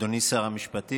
אדוני שר המשפטים,